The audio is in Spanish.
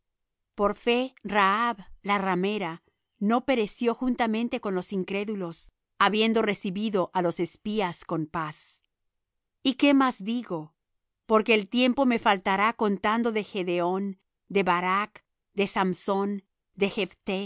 por fe rahab la ramera no pereció juntamente con los incrédulos habiendo recibido á los espías con paz y qué más digo porque el tiempo me faltará contando de gedeón de barac de samsón de